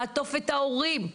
לעטוף גם את ההורים.